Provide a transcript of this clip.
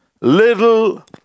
little